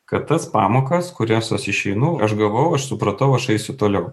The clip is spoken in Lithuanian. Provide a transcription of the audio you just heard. kad tas pamokas kurias aš išeinu aš gavau aš supratau aš eisiu toliau